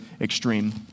extreme